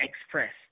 express